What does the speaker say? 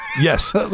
yes